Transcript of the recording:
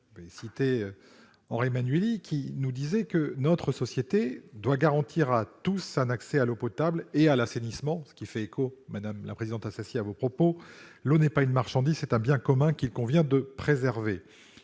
je citerai Henri Emmanuelli, qui disait :« Notre société doit garantir à tous un accès à l'eau potable et à l'assainissement- cela fait écho, madame Assassi, à vos propos. L'eau n'est pas une marchandise, c'est un bien commun qu'il convient de préserver.